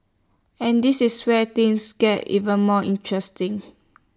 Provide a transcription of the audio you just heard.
and this is where things get even more interesting